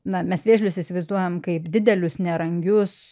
na mes vėžlius įsivaizduojam kaip didelius nerangius